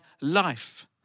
life